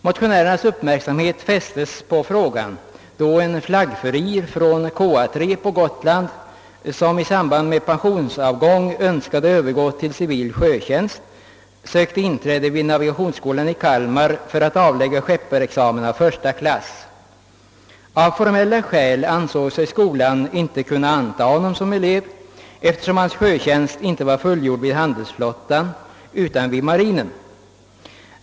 Motionärernas uppmärksamhet fästes på frågan då en flaggfurir från KA 3 på Gotland, som i samband med pensionsavgång önskade övergå till civil sjötjänst, sökte inträde vid navigationsskolan i Kalmar för att avlägga skepparexamen av första klass. Av formella skäl ansåg sig skolan inte kunna anta honom som elev, eftersom hans sjötjänst inte var fullgjord vid handelsflottan utan vid marinen.